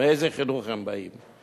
מאיזה חינוך הם באים.